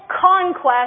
conquest